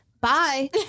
bye